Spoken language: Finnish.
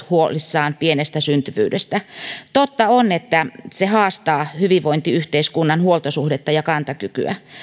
huolissaan pienestä syntyvyydestä totta on että se haastaa hyvinvointiyhteiskunnan huoltosuhdetta ja kantokykyä